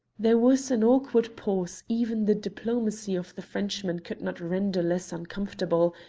there was an awkward pause even the diplomacy of the frenchman could not render less uncomfortable,